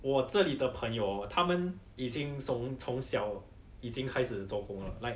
我这里的朋友他们已经从从小已经开始做工了 like